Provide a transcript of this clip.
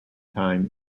time